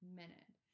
minute